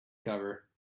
cover